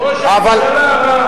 ראש הממשלה הבא.